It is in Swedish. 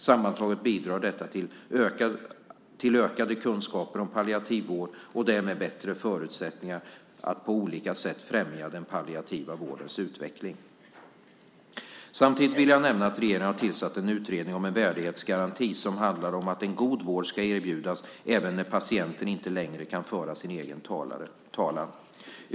Sammantaget bidrar detta till ökade kunskaper om palliativ vård och därmed bättre förutsättningar att på olika sätt främja den palliativa vårdens utveckling. Samtidigt vill jag nämna att regeringen har tillsatt en utredning om en värdighetsgaranti som handlar om att en god vård ska erbjudas även när patienten inte längre kan föra sin egen talan.